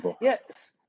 Yes